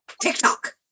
TikTok